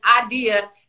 idea